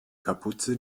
kapuze